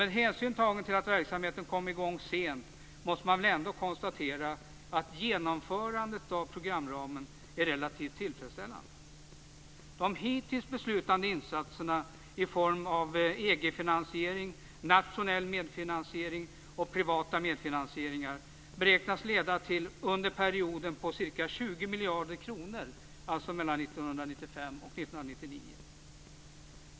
Med hänsyn tagen till att verksamheten kom i gång sent måste man ändå konstatera att genomförandet av programramen är relativt tillfredsställande. De hittills beslutade insatserna i form av EG finansiering, nationell medfinansiering och privata medfinansieringar beräknas under perioden uppgå till ca 20 miljarder kronor, alltså mellan 1995 och 1999.